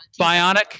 Bionic